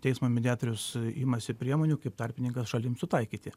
teismo mediatorius imasi priemonių kaip tarpininkas šalims sutaikyti